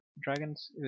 dragons